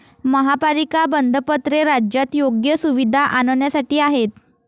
महापालिका बंधपत्रे राज्यात योग्य सुविधा आणण्यासाठी आहेत